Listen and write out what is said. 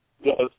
Yes